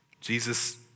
Jesus